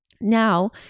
Now